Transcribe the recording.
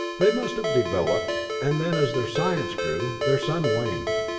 they must have developed, and then as their science grew, their sun waned.